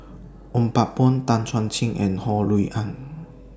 Ong Pang Boon Tan Chuan Jin and Ho Rui An